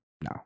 No